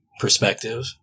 perspective